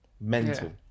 Mental